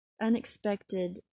unexpected